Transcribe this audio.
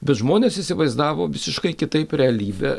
bet žmonės įsivaizdavo visiškai kitaip realybę